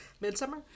Midsummer